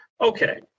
okay